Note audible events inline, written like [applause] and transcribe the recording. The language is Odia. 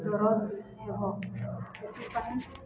[unintelligible] ହେବ ସେଥିପାଇଁ